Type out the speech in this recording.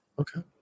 okay